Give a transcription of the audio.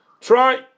try